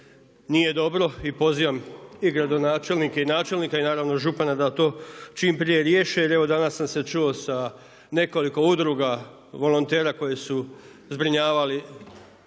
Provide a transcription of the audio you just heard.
nije dobro i pozdravljam i gradonačelnika i načelnika i naravno župana da to čim prije riješe. I evo danas sam se čuo sa nekoliko udruga, volontera koji su zbrinjavali